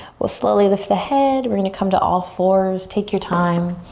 we'll slowly lift the head. we're gonna come to all fours, take your time,